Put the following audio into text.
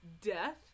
death